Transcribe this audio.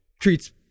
treats